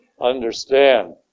understand